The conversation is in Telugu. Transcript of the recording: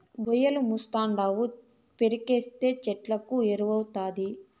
గోమయమేస్తావుండావు పెరట్లేస్తే చెట్లకు ఎరువౌతాది